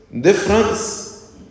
difference